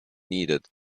needed